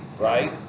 right